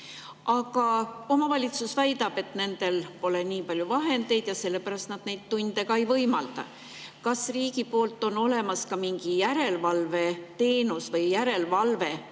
Aga omavalitsus väidab, et nendel pole nii palju vahendeid ja sellepärast nad neid tunde ka ei võimalda. Kas riigi poolt on olemas ka mingi järelevalveteenus või järelevalve, kes